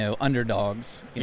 underdogs